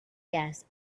gas